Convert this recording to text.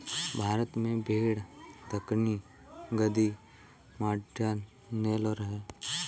भारत में भेड़ दक्कनी, गद्दी, मांड्या, नेलोर है